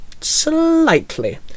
Slightly